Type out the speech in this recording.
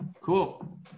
Cool